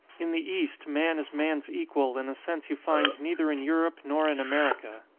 in the east man is man's equal in a sense you find neither in europe nor in america.